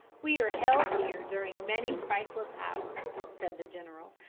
we are held here during many priceless hours, said the general,